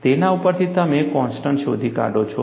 તેના ઉપરથી તમે કોન્સ્ટન્ટ શોધી કાઢો છો